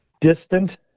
distant